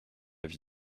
vie